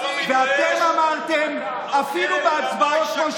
ראש ממשלת ההונאה, הנוכל.